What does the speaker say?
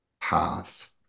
path